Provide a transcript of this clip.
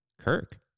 Kirk